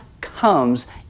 comes